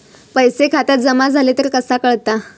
पैसे खात्यात जमा झाले तर कसा कळता?